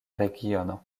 regiono